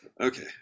Okay